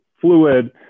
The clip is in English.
fluid